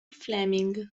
fleming